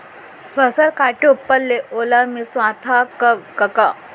फसल काटे ऊपर ले ओला मिंसवाथा कब कका?